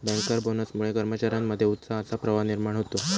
banker बोनसमुळे कर्मचार्यांमध्ये उत्साहाचा प्रवाह निर्माण होतो